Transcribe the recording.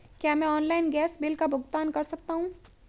क्या मैं online gas bill का भुगतान कर सकता हूँ?